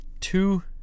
two